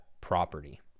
property